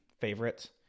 favorites